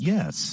Yes